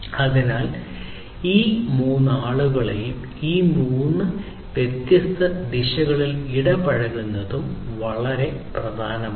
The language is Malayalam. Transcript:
അതിനാൽ ഈ മൂന്ന് ആളുകളെയും ഈ മൂന്ന് വ്യത്യസ്ത ദിശകളിൽ ഇടപഴകുന്നതും വളരെ പ്രധാനമാണ്